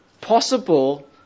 possible